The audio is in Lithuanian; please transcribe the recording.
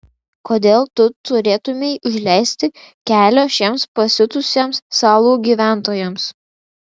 kodėl tu turėtumei užleisti kelio šiems pasiutusiems salų gyventojams